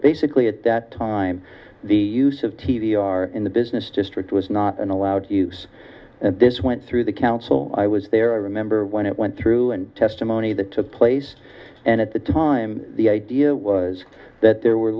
basically at that time the use of t v in the business district was not allowed to use this went through the council i was there i remember when it went through and testimony that took place and at the time the idea was that there were